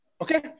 Okay